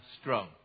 strong